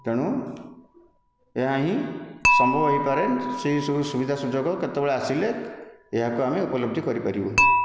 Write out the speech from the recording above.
ତେଣୁ ଏହାହିଁ ସମ୍ଭବ ହୋଇପାରେ ସେହି ସବୁ ସୁବିଧା ସୁଯୋଗ କେତେବେଳେ ଆସିଲେ ଏହାକୁ ଆମେ ଉପଲବ୍ଧି କରିପାରିବୁ